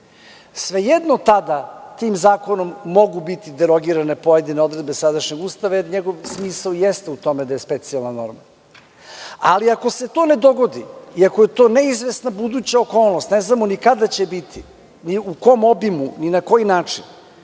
svejedno tada tim zakonom mogu biti derogirane pojedine odredbe sadašnjeg Ustava, jer njegov smisao i jeste u tome da je specijalna norma. Ako se to ne dogodi i ako je to ne izvesna buduća okolnost, ne znamo ni kada će biti, ni u kom obimu, ni na koji način,